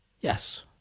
Yes